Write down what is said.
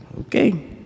Okay